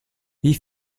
wie